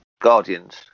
Guardians